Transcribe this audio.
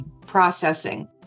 processing